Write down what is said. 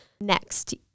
next